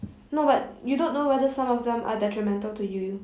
no but you don't know whether some of them are detrimental to you